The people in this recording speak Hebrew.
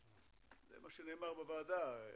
זה מה שנאמר בוועדה,